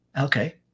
Okay